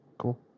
Cool